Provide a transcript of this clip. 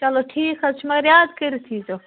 چلو ٹھیٖک حظ چھُ مگر یاد کٔرِتھ ییٖزیو